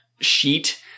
sheet